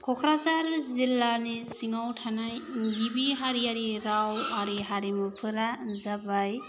क'क्राझार जिल्लानि सिङाव थानाय गिबि हारियारि रावारि हारिमुफोरा जाबाय